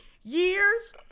years